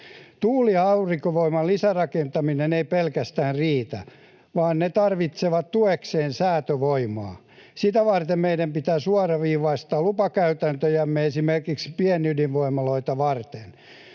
Tuuli‑ ja aurinkovoiman lisärakentaminen ei pelkästään riitä, vaan ne tarvitsevat tuekseen säätövoimaa. Sitä varten meidän pitää suoraviivaistaa lupakäytäntöjämme esimerkiksi pienydinvoimaloita varten.